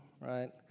right